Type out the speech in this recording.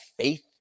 faith